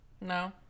No